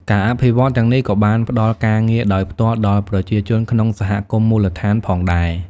ការអភិវឌ្ឍន៍ទាំងនេះក៏បានផ្តល់ការងារដោយផ្ទាល់ដល់ប្រជាជនក្នុងសហគមន៍មូលដ្ឋានផងដែរ។